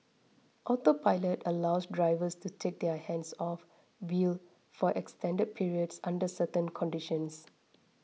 autopilot allows drivers to take their hands off wheel for extended periods under certain conditions